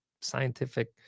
scientific